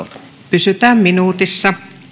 pysytään minuutissa